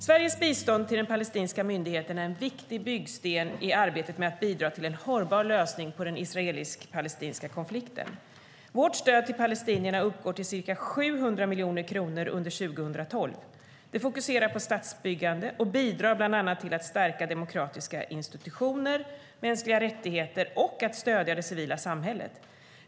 Sveriges bistånd till den palestinska myndigheten är en viktig byggsten i arbetet med att bidra till en hållbar lösning på den israelisk-palestinska konflikten. Vårt stöd till palestinierna uppgår till ca 700 miljoner kronor under 2012. Det fokuserar på statsbyggande och bidrar bland annat till att stärka demokratiska institutioner, mänskliga rättigheter och att stödja det civila samhället.